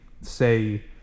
say